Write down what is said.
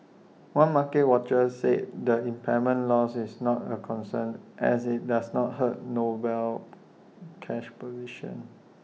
one market watcher said the impairment loss is not A concern as IT does not hurt Noble's cash position